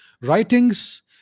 writings